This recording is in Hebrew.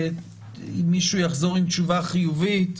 אם מישהו יחזור עם תשובה חיובית,